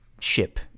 ship